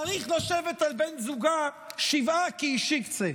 צריך לשבת על בן זוגה שבעה, כי היא שיקסע.